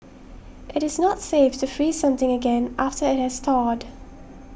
it is not safe to freeze something again after it has thawed